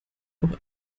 auch